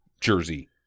Jersey